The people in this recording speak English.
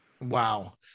Wow